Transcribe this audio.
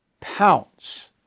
pounce